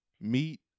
meat